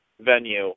venue